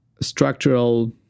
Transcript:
structural